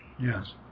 Yes